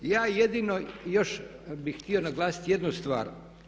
Ja jedino još bih htio naglasiti jednu stvar.